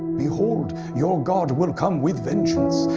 behold, your god will come with vengeance,